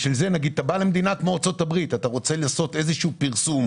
כאשר אתה בא למדינה כמו ארצות הברית אתה רוצה לעשות איזה פרסום,